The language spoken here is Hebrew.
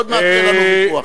עוד מעט יהיה לנו ויכוח.